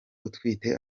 utwite